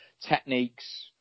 techniques